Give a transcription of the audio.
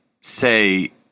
say